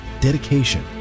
dedication